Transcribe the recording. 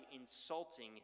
insulting